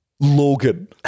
Logan